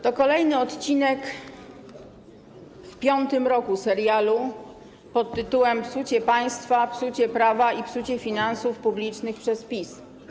To kolejny odcinek w piątym roku serialu pt. „Psucie państwa, psucie prawa i psucie finansów publicznych przez PiS”